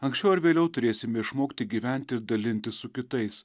anksčiau ar vėliau turėsime išmokti gyventi ir dalintis su kitais